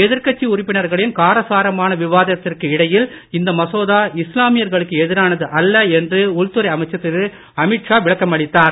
எதிர்கட்சி உறுப்பினர்களின் காரசாரமான விவாதத்திற்கு இடையில் இந்த மசோதா இஸ்லாமியர்களுக்கு எதிரானது அல்ல என்று உள்துறை அமைச்சர் திரு அமீத் ஷா விளக்கம் அளித்தார்